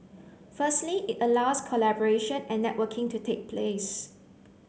firstly it allows collaboration and networking to take place